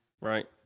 Right